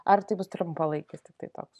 ar tai bus trumpalaikis tiktai toks